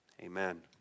Amen